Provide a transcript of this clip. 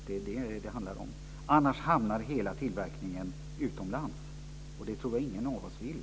Det är det som det handlar om. Annars hamnar hela tillverkningen utomlands, och det tror jag ingen av oss vill.